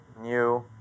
new